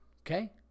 okay